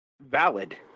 valid